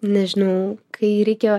nežinau kai reikia